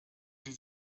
sie